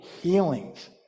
healings